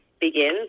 begins